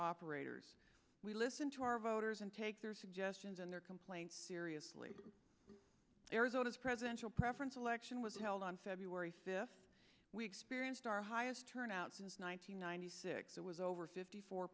operators we listen to our voters and take their suggestions and their complaints seriously arizona's presidential preference election was held on february fifth we experienced our highest turnout since one nine hundred ninety six that was over fifty four